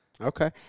Okay